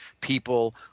people